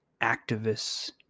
activists